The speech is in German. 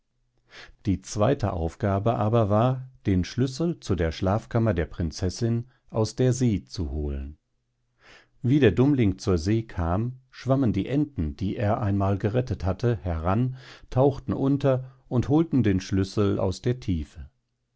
die zweite aufgabe aber war den schlüssel zu der schlafkammer der prinzessin aus der see zu holen wie der dummling zur see kam schwammen die enten die er einmal gerettet hatte heran tauchten unter und holten den schlüssel aus der tiefe